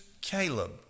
Caleb